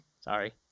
Sorry